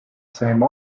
same